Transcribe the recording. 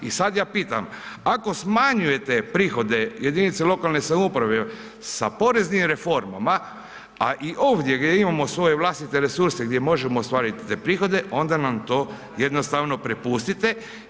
I sada ja pitam, ako smanjujete prihode jedinice lokalne samouprave sa poreznim reformama, a i ovdje gdje imamo svoje vlastite resurse gdje možemo ostvariti te prihode onda nam to jednostavno prepustite.